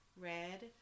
red